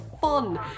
fun